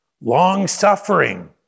long-suffering